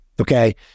Okay